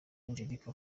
angelique